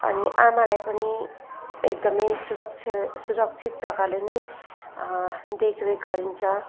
अनि आमालाई पनि एकदमै सुरक्ष सुरक्षित प्रकारले नै देखरेख गरिन्छ